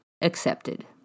accepted